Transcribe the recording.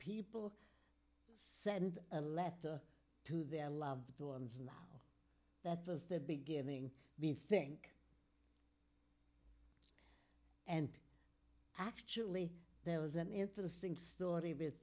people send a letter to their loved ones and that was the beginning we think and actually there was an interesting story with